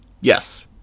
Yes